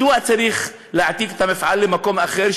מדוע צריך להעתיק את המפעל למקום אחר,